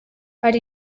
hari